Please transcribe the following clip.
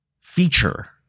feature